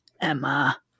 Emma